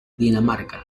dinamarca